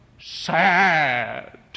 sad